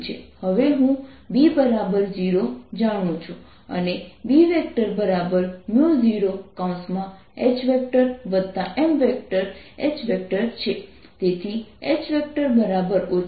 2πrL 2πRLσ0 E Rσ0r તેથી આપણે જોઈ શકીએ છીએ કે જોડાયેલ ચાર્જ સિલિન્ડ્રિકલ શેલ ની સપાટી વિસ્તારની બરાબર હશે જે Eds 2πRLσ0 છે